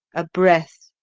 a breath,